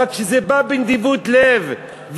כשזה בא בנדיבות לב,